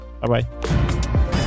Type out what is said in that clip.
Bye-bye